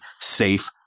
safe